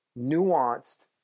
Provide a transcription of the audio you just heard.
nuanced